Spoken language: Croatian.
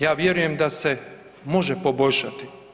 Ja vjerujem da se može poboljšati.